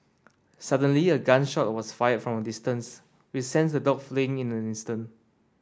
suddenly a gun shot was fired from a distance which sent the dogs fleeing in an instant